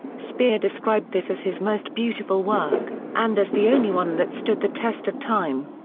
speer described this as his most beautiful work, and as the only one that stood the test of time.